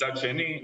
מצד שני,